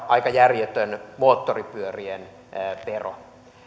aika järjetön moottoripyörien vero